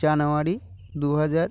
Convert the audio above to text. জানুয়ারি দু হাজার